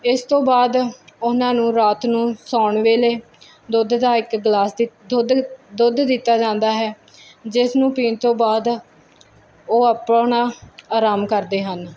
ਇਸ ਤੋਂ ਬਾਅਦ ਉਹਨਾਂ ਨੂੰ ਰਾਤ ਨੂੰ ਸੌਣ ਵੇਲੇ ਦੁੱਧ ਦਾ ਇੱਕ ਗਲਾਸ ਦੁੱਧ ਦੁੱਧ ਦਿੱਤਾ ਜਾਂਦਾ ਹੈ ਜਿਸ ਨੂੰ ਪੀਣ ਤੋਂ ਬਾਅਦ ਉਹ ਆਪਣਾ ਆਰਾਮ ਕਰਦੇ ਹਨ